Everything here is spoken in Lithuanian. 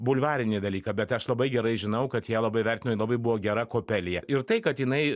bulvarinį dalyką bet aš labai gerai žinau kad ją labai vertino labai buvo gera kopelija ir tai kad jinai